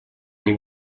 они